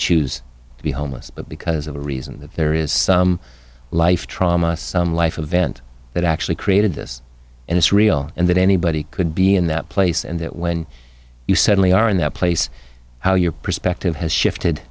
choose to be homeless but because of a reason that there is some life trauma some life event that actually created this and it's real and that anybody could be in that place and that when you suddenly are in that place how your perspective has shifted